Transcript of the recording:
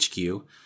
HQ